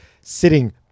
sitting